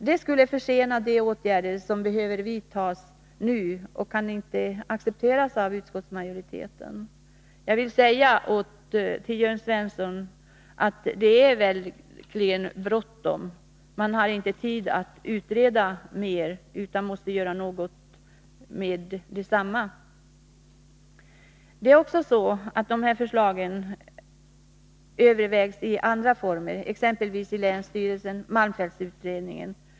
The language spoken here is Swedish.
Det skulle emellertid försena de åtgärder som behöver vidtas nu, och det kan inte accepteras av utskottsmajoriteten. Jag vill säga till Jörn Svensson att det verkligen är bråttom; vi har inte tid att utreda mer utan måste göra något med detsamma. Detta förslag övervägs också i andra former, exempelvis i länsstyrelsen och malmfältsutredningen.